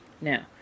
Now